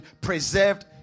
preserved